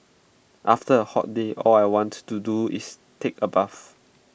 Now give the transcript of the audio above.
after A hot day all I want to do is take A bath